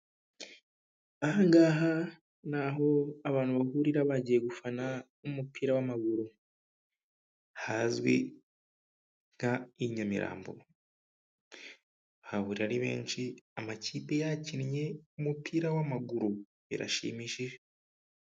Aha ngaha ni aho abantu bahurira bagiye gufana umupira w'amaguru, hazwi nka i Nyamirambo, bahahurira ari benshi amakipe yakinnye umupira w'amaguru. Birashimishije!